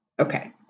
Okay